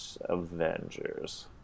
avengers